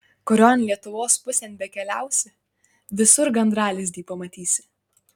kurion lietuvos pusėn bekeliausi visur gandralizdį pamatysi